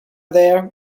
there